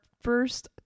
first